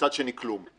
מצד שני כלום.